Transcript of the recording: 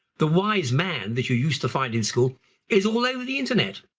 the wise man that you used to find in school is all over the internet.